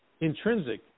intrinsic